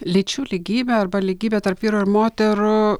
lyčių lygybė arba lygybė tarp vyrų ir moterų